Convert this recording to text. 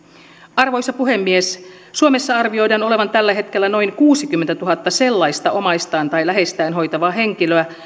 arvoisa puhemies suomessa arvioidaan olevan tällä hetkellä noin kuusikymmentätuhatta sellaista omaistaan tai läheistään hoitavaa henkilöä